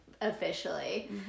officially